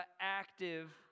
active